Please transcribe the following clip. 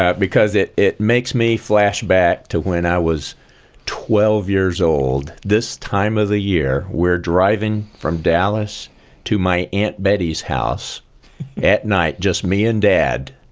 because it it makes me flash back to when i was twelve years old. this time of the year, we're driving from dallas to my aunt betty's house at night, just me and dad.